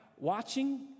watching